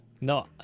No